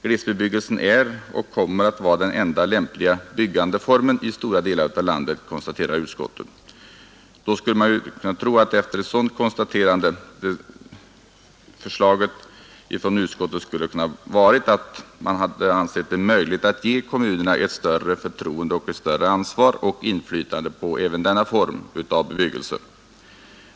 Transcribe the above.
”Glesbebyggelse är och kommer att vara den enda lämpliga byggandeformen i stora delar av landet”, konstaterar utskottet. Efter ett sådant konstaterande skulle man kunna tro att utskottet skulle finna det möjligt att ge kommunerna ett större förtroende, ett större ansvar och ett större inflytande på även denna form av bebyggelse.